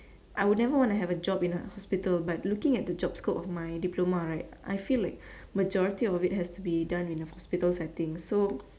I would never want to have a job in a hospital but looking at the job scope of my diploma right I feel like majority of it has to be done in a hospital setting so